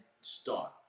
start